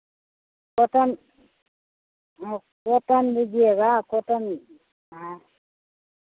cotton हाँ cotton लीजिएगा cotton हाँ